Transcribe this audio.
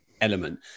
element